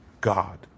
God